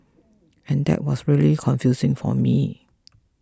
and what was really confusing for me